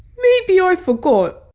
maybe ah i forgot